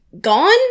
gone